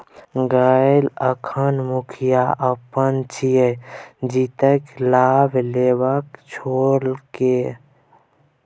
गय अखन मुखिया अपन छियै जतेक लाभ लेबाक छौ ल लए